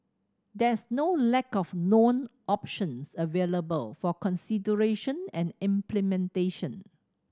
there's no lack of known options available for consideration and implementation